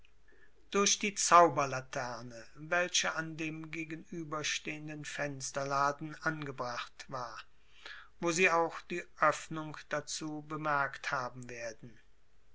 durch die zauberlaterne welche an dem gegenüberstehenden fensterladen angebracht war wo sie auch die öffnung dazu bemerkt haben werden